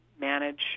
manage